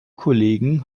kollegen